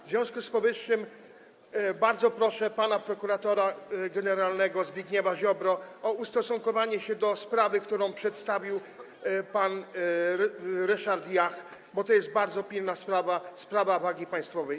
W związku z powyższym bardzo proszę prokuratora generalnego pana Zbigniewa Ziobrę o ustosunkowanie się do sprawy, którą przedstawił pan Ryszard Jach, bo to jest bardzo pilna sprawa, sprawa wagi państwowej.